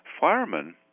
firemen